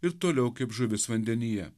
ir toliau kaip žuvis vandenyje